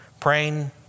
Praying